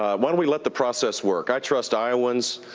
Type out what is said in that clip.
why don't we let the process work. i trust iowans,